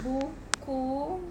buku